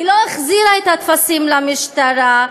היא לא החזירה את הטפסים למשטרה.